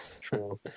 True